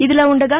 ఇదిలా ఉండగా